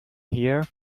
here